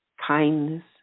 Kindness